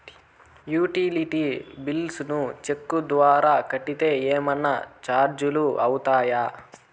Utility bills ను cheque ద్వారా కట్టితే ఏమన్నా చార్జీలు అవుతాయా?